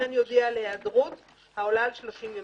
וכן יודיע על היעדרות העולה על 30 ימים,